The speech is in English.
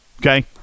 Okay